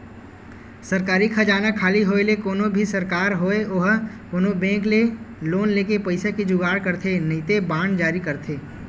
सरकारी खजाना खाली होय ले कोनो भी सरकार होय ओहा कोनो बेंक ले लोन लेके पइसा के जुगाड़ करथे नइते बांड जारी करथे